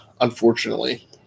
unfortunately